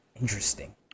Interesting